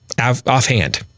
offhand